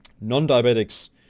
non-diabetics